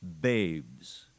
babes